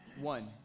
one